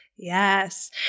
Yes